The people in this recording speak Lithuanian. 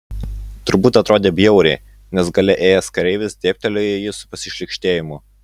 turbūt atrodė bjauriai nes gale ėjęs kareivis dėbtelėjo į jį su pasišlykštėjimu